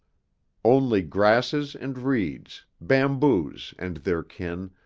only grasses and reeds, bamboos and their kin,